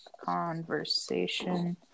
Conversation